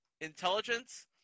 intelligence